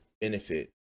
benefit